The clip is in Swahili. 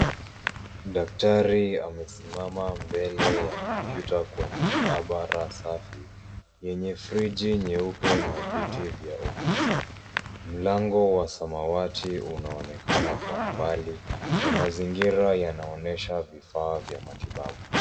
Daktari amesimama mbele ya kompyuta kwenye maabara safi yenye friji nyeupe na viti vya ofisi. Mlango wa samawati unaonekana kwa umbali na mazingira yanaonyesha vifaa vya matibabu.